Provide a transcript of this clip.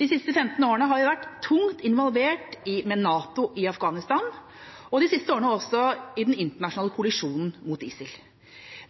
De siste 15 årene har vi vært tungt involvert med NATO i Afghanistan og de siste årene også i den internasjonale koalisjonen mot ISIL.